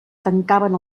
tancaven